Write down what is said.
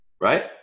right